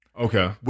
Okay